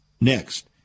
Next